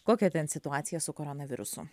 kokia ten situacija su koronavirusu